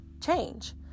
change